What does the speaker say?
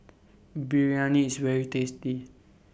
Biryani IS very tasty